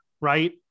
right